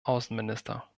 außenminister